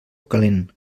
calent